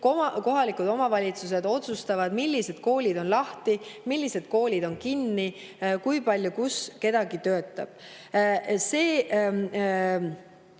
kohalikud omavalitsused otsustavad, millised koolid on lahti, millised koolid on kinni, kus kui palju kedagi töötab. See,